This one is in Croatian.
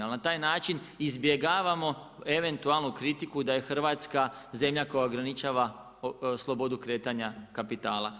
Ali na taj način izbjegavamo eventualno kritiku da je Hrvatska zemlja koja ograničava slobodu kretanja kapitala.